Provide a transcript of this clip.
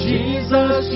Jesus